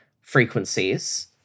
frequencies